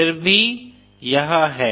फिर भी यह है